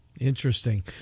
Interesting